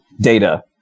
data